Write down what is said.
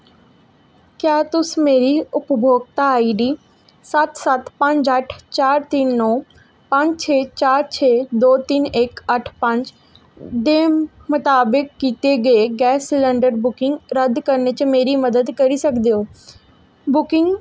क्या तुस मेरी उपभोगता आई डी सत्त सत्त पंज अट्ठ चार तिन्न नौ पंज छे चार छे दो तिन्न इक अट्ठ पंज दे मताबक कीते गे गैस सलैंडर बुकिंग रद्द करने च मेरी मदद करी सकदे ओ बुकिंग